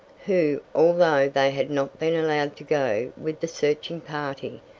who, although they had not been allowed to go with the searching party,